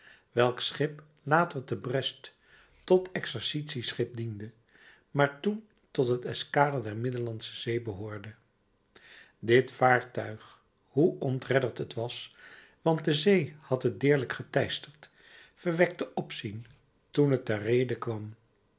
welk schip later te brest tot exercitie schip diende maar toen tot het eskader der middellandsche zee behoorde dit vaartuig hoe ontredderd het was want de zee had het deerlijk geteisterd verwekte opzien toen het ter reede kwam